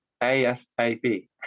ASAP